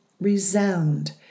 resound